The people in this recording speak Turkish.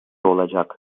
olacak